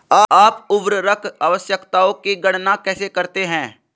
आप उर्वरक आवश्यकताओं की गणना कैसे करते हैं?